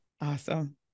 Awesome